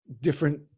different